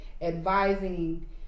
advising